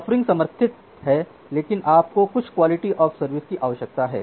buffering समर्थित है लेकिन आपको कुछ QoS क्वालिटी ऑफ़ सर्विस की आवश्यकता है